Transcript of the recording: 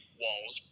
walls